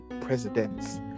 presidents